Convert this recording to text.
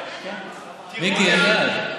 מיקי, הם בעד.